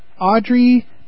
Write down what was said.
Audrey